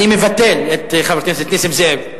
אני מבטל את חבר הכנסת נסים זאב.